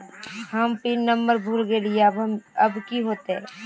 हम pin number भूल गलिऐ अब की होते?